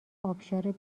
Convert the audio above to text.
ابشار